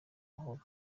mahoro